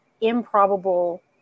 improbable